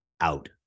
out